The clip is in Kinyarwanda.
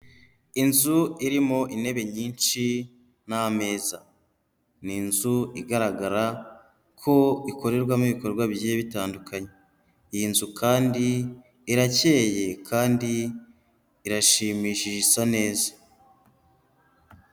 Inzu irimo intebe nyinshi n'ameza. Ni inzu igaragara ko ikorerwamo ibikorwa bigiye bitandukanye. Iyi nzu kandi irakeye kandi irashimishije isa neza.